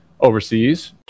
overseas